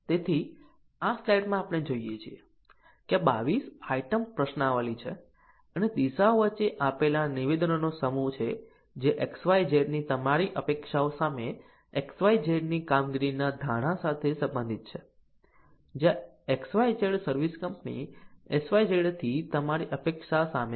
તેથી આ સ્લાઇડમાં આપણે જોઈએ છીએ કે આ 22 આઇટમ પ્રશ્નાવલી છે અને દિશાઓ નીચે આપેલા નિવેદનોનો સમૂહ છે જે XYZ ની તમારી અપેક્ષા સામે XYZ ની કામગીરીની ધારણા સાથે સંબંધિત છે જ્યાં XYZ સર્વિસ કંપની XYZ થી તમારી અપેક્ષા સામે છે